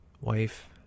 wife